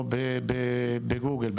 או בגוגל,